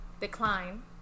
decline